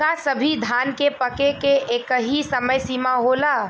का सभी धान के पके के एकही समय सीमा होला?